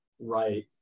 Right